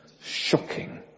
shocking